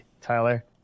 Tyler